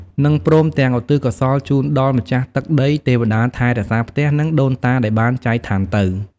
និងព្រមទាំងឧទ្ទិសកុសលជូនដល់ម្ចាស់ទឹកដី ទេវតាថែរក្សាផ្ទះ និងដូនតាដែលបានចែកឋានទៅ។